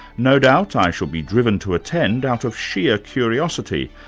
no doubt i shall be driven to attend out of sheer curiosity,